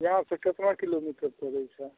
इहाँ से केतना किलोमीटर पड़ैत छै